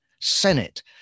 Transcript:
Senate